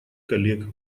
коллег